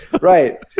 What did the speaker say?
Right